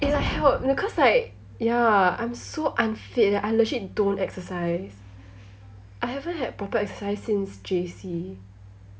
it like helped cause like ya I'm so unfit I legit don't exercise I haven't had proper exercise since J_C